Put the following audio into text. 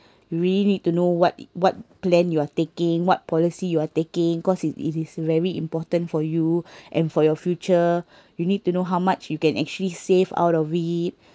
you really need to know what what plan you are taking what policy you are taking cause it's it is very important for you and for your future you need to know how much you can actually save out of it